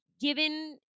Given